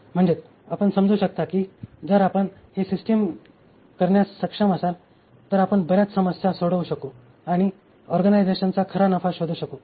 म्हणजेच आपण समजू शकता की जर आपण ही सिस्टिम करण्यास सक्षम असाल तर आपण बर्याच समस्या सोडवू शकू आणि ऑर्गनायझेशनचा खरा नफा शोधू शकू